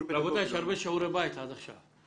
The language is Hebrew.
רבותיי, יש הרבה שיעורי בית עד עכשיו.